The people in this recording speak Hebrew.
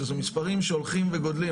שזה מספרים שהולכים וגדלים.